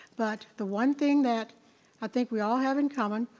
but the one thing that i think we all have in common,